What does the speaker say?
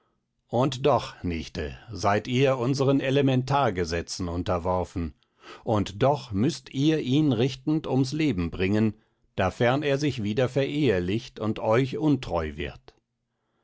und doch nichte seid ihr unseren elementar gesetzen unterworfen und doch müßt ihr ihn richtend ums leben bringen dafern er sich wieder verehlicht und euch untreu wird